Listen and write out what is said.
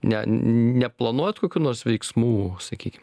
ne neplanuojat kokių nors veiksmų sakykim